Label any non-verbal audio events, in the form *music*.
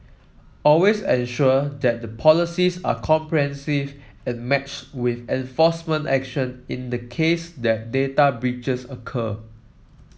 always ensure that the policies are *unintelligible* and matched with enforcement action in the case that data breaches occur